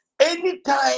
anytime